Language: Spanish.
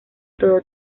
todo